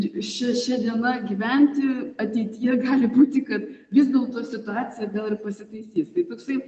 šia šia diena gyventi ateityje gali būti kad vis dėlto situacija gal ir pasitaisys tai toksai